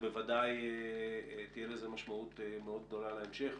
בוודאי תהיה לזה משמעות מאוד גדולה להמשך,